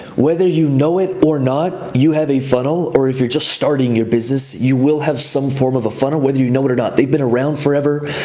whether you know it or not, you have a funnel, or if you're just starting your business, you will have some form of a funnel whether you know it or not, they've been around forever.